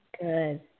Good